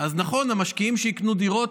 אז נכון, המשקיעים שיקנו דירות,